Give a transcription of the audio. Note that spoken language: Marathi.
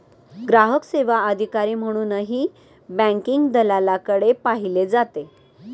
ग्राहक सेवा अधिकारी म्हणूनही बँकिंग दलालाकडे पाहिले जाते